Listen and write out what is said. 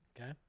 Okay